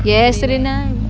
yesterday night